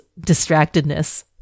distractedness